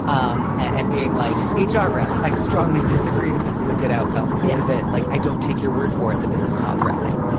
um and being like ah hrp. i strongly disagree that this is a good outcome of it. like, i don't take your word for it that this is not threatening,